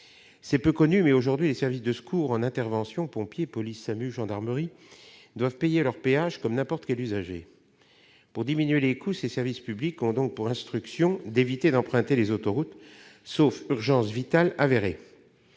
C'est peu connu, mais, aujourd'hui, les services de secours en intervention- pompiers, police, SAMU, gendarmerie -doivent payer leur péage comme n'importe quel usager. Pour diminuer les coûts, ces services publics ont donc pour instruction d'éviter d'emprunter les autoroutes, sauf urgence vitale avérée,